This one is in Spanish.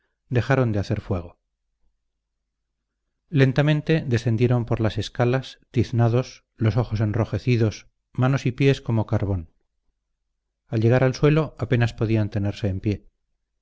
dejaron de hacer fuego lentamente descendieron por las escalas tiznados los ojos enrojecidos manos y pies como carbón al llegar al suelo apenas podían tenerse en pie